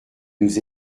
nous